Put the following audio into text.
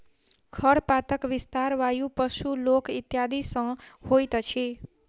खरपातक विस्तार वायु, पशु, लोक इत्यादि सॅ होइत अछि